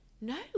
No